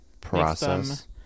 process